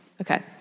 Okay